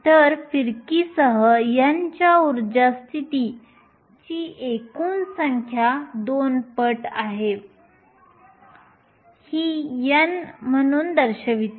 तर फिरकीसह n च्या ऊर्जा स्थिती s ची एकूण संख्या 2 पट आहे ही n म्हणून दर्शविते